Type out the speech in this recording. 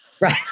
Right